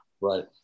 Right